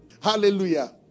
Hallelujah